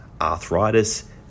arthritis